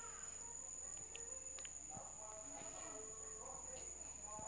company ನಾಗ್ ರೊಕ್ಕಾ ಹಾಕ್ಬೇಕ್ ಹಂಗೇ ಎಸ್ಟ್ ರೊಕ್ಕಾ ವಾಪಾಸ್ ಬರ್ತಾವ್ ಅಂತ್ನು ನೋಡ್ಕೋಬೇಕ್